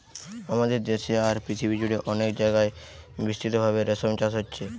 আমাদের দেশে আর পৃথিবী জুড়ে অনেক জাগায় বিস্তৃতভাবে রেশম চাষ হচ্ছে